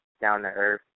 down-to-earth